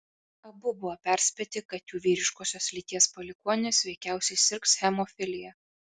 abu buvo perspėti kad jų vyriškosios lyties palikuonis veikiausiai sirgs hemofilija